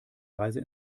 reise